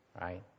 right